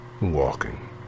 walking